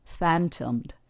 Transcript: phantomed